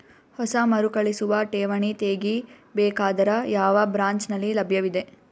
ಹೊಸ ಮರುಕಳಿಸುವ ಠೇವಣಿ ತೇಗಿ ಬೇಕಾದರ ಯಾವ ಬ್ರಾಂಚ್ ನಲ್ಲಿ ಲಭ್ಯವಿದೆ?